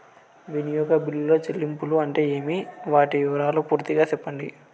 వినియోగ బిల్లుల చెల్లింపులు అంటే ఏమి? వాటి వివరాలు పూర్తిగా సెప్పండి?